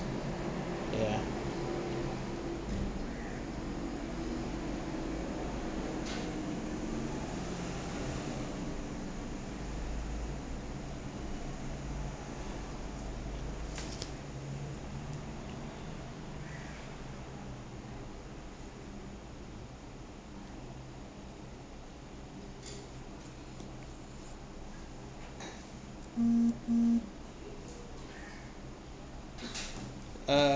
ya uh